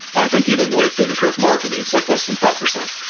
i think even the way food is direct marketed is like less than five percent.